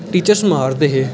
teachers मारदे हे